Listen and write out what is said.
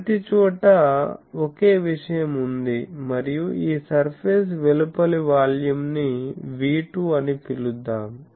ప్రతిచోటా ఒకే విషయం ఉంది మరియు ఈ సర్ఫేస్ వెలుపలి వాల్యూమ్ ని V2 అని పిలుద్దాం